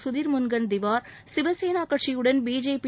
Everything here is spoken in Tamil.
சுதீர் முன்கந்திவார் சிவசேனா கட்சியுடன் பிஜேபி